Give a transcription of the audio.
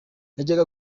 yajyaga